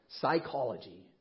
psychology